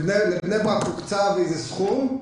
שלבני-ברק הוקצב איזה סכום.